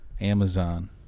Amazon